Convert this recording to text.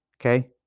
Okay